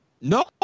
No